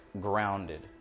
grounded